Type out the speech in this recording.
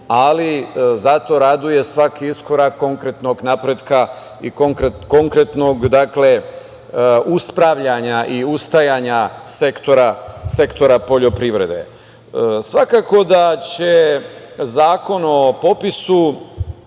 ali zato raduje svaki iskorak konkretnog napretka i konkretnog uspravljanja i ustajanja sektora poljoprivrede. Svakako da će Zakon o popisu